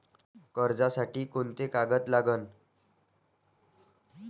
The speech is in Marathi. कर्जसाठी कोंते कागद लागन?